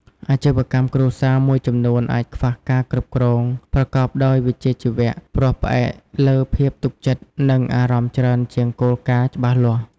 អាជីវកម្មគ្រួសារមួយចំនួនអាចខ្វះការគ្រប់គ្រងប្រកបដោយវិជ្ជាជីវៈ ព្រោះផ្អែកលើភាពទុកចិត្ត និងអារម្មណ៍ច្រើនជាងគោលការណ៍ច្បាស់លាស់។